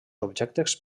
objectes